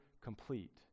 complete